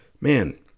man